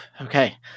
Okay